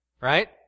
right